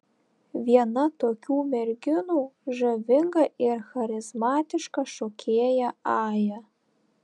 viena tokių merginų žavinga ir charizmatiška šokėja aja